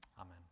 amen